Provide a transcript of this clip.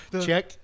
check